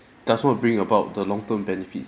does not bring about the long term benefits